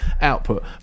output